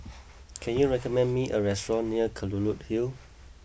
can you recommend me a restaurant near Kelulut Hill